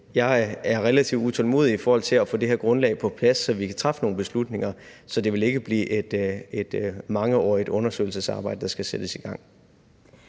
Jeg er relativt utålmodig i forhold til at få det her grundlag på plads, så vi kan træffe nogle beslutninger. Så det vil ikke blive et mangeårigt undersøgelsesarbejde, der skal sættes i gang.